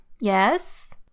Yes